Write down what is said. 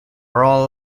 roll